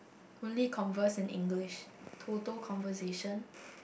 only converse in English total conversation